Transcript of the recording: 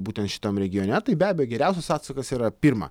būtent šitam regione tai be abejo geriausias atsakas yra pirma